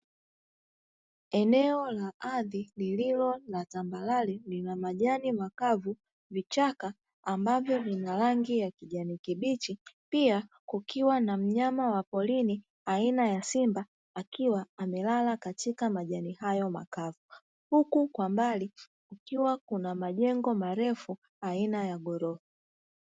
Eneo la ardhi lililo na tambarare, lina majani makavu, vichaka ambavyo vina rangi ya kijani kibichi, pia kukiwa na mnyama wa porini aina ya simba akiwa amelala katika majani hayo makavu, huku kwa mbali kukiwa kuna majengo marefu aina ya ghorofa.